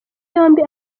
yombi